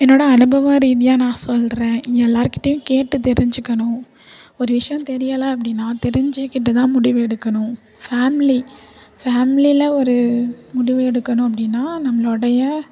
என்னோடய அனுபவம் ரீதியாக நான் சொல்கிறேன் எல்லாருக்கிட்டேயும் கேட்டு தெரிஞ்சுக்கணும் ஒரு விஷயம் தெரியலை அப்படின்னா தெரிஞ்சுக்கிட்டுதான் முடிவு எடுக்கணும் ஃபேம்லி ஃபேம்லியில் ஒரு முடிவு எடுக்கணும் அப்படின்னா நம்மளுடைய